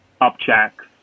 objects